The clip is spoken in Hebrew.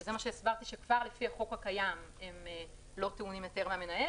שזה מה שכבר הסברתי שכבר לפי החוק הקיים הם לא טעונים היתר מהמנהל,